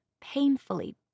painfully